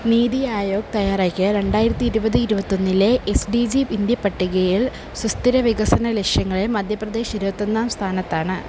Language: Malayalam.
നീതി ആയോഗ് തയ്യാറാക്കിയ രണ്ടായിരത്തി ഇരുപത് ഇരുപത്തൊന്നിലെ എസ് ഡി ജി ഇന്ത്യ പട്ടികയിൽ സുസ്ഥിര വികസന ലക്ഷ്യങ്ങളിൽ മധ്യപ്രദേശ് ഇരുപത്തൊന്നാം സ്ഥാനത്താണ്